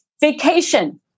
vacation